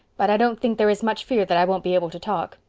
but i don't think there is much fear that i won't be able to talk.